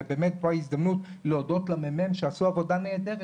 ובאמת פה המקום להודות לממ"מ שעשו עבודה נהדרת,